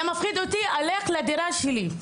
היה מפחיד אותי ללכת לדירה שלי.